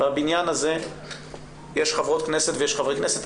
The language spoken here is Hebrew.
בבניין הזה יש חברות כנסת ויש חברי כנסת.